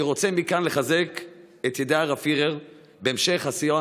אני רוצה מכאן לחזק את ידי הרב פירר בהמשך העשייה